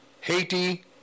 Haiti